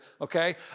okay